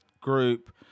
group